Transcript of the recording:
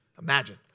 Imagine